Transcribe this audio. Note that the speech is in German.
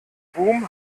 boom